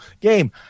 game